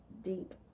deep